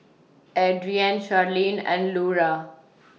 Adrienne Sharleen and Lura